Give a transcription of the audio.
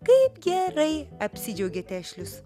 kaip gerai apsidžiaugė tešlius